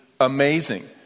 amazing